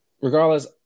regardless